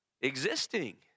existing